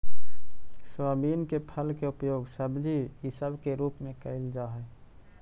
soybean के फल के उपयोग सब्जी इसब के रूप में कयल जा हई